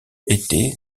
été